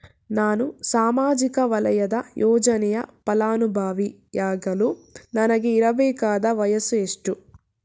ನಾನು ಸಾಮಾಜಿಕ ವಲಯದ ಯೋಜನೆಯ ಫಲಾನುಭವಿ ಯಾಗಲು ನನಗೆ ಇರಬೇಕಾದ ವಯಸ್ಸು ಎಷ್ಟು?